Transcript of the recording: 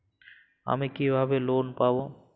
আমি কিভাবে লোন পাব?